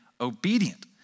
obedient